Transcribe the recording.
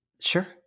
sure